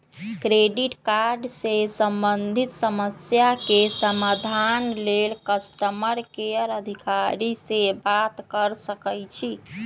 credit card से संबंधित समस्या के समाधान लेल कस्टमर केयर अधिकारी से बात कर सकइछि